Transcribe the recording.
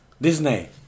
Disney